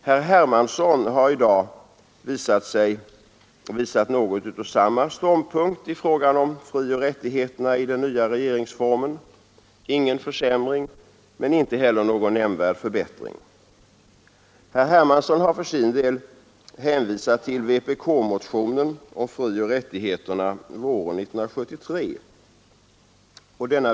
Herr Hermansson har i dag visat något av samma ståndpunkt i frågan om frioch rättigheterna i den nya regeringsformen: ingen försämring men inte heller någon nämnvärd förbättring. Herr Hermansson har för sin del hänvisat till vpk-motionen om frioch rättigheterna våren 1973.